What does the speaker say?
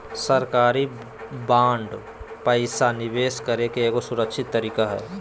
सरकारी बांड पैसा निवेश करे के एगो सुरक्षित तरीका हय